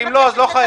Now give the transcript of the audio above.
אם לא לא חייב.